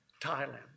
Thailand